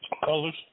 Colors